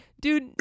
Dude